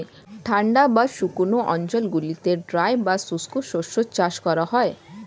ঠান্ডা বা শুকনো অঞ্চলগুলিতে ড্রাই বা শুষ্ক শস্য চাষ করা হয়